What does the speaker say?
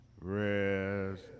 rest